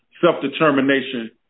Self-Determination